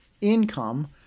income